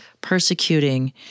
persecuting